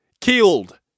Killed